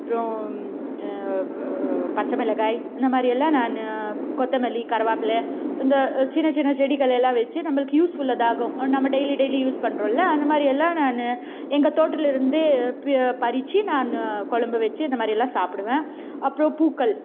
அப்றம் பச்சை மிளகாய் இந்தமாதிரியெல்லாம் நான் கொத்தமல்லி கருவேப்பில இந்த சின்னச் சின்ன செடிகளை எல்லாம் வச்சு நம்மளுக்கு யூஸ் உள்ளதாகும் நம்ம டெய்லி டெய்லி யூஸ் பண்றோமில்ல அந்தமாதிரியெல்லாம் நான் எங்கள் தோட்டத்தில இருந்து பறித்து நான் குழம்பு வச்சு அந்தமாதிரியெல்லாம் சாப்பிடுவேன் அப்றம் பூக்கள்